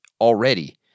already